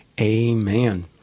Amen